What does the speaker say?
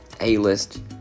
A-list